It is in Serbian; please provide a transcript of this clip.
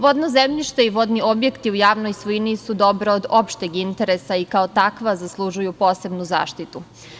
Vodno zemljište i vodni objekti u javnoj svojini su dobro od opšteg interesa i kao takva zaslužuju posebnu zaštitu.